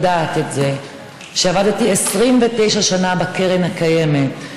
שעבדתי 29 שנה בקרן הקיימת,